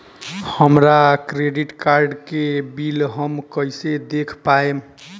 हमरा credit card के bill हम कइसे देख पाएम?